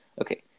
okay